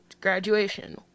graduation